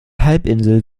halbinsel